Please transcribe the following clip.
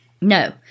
No